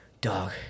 dog